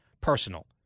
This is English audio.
personal